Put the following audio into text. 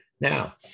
Now